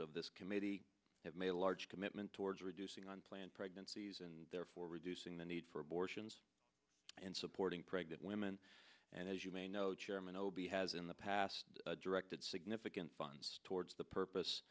of this committee have made a large commitment towards reducing on planned pregnancies and therefore reducing the need for abortions and supporting pregnant women and as you may know chairman o b has in the past directed significant funds towards the purpose